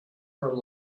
her